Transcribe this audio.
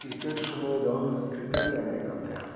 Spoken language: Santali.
ᱠᱨᱤᱠᱮᱴ ᱥᱩᱢᱟᱹᱭᱫᱚ ᱠᱨᱤᱠᱮᱴᱞᱮ ᱮᱱᱮᱡ ᱠᱟᱱᱛᱟᱦᱮᱱᱟ